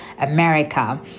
America